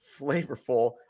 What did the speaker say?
flavorful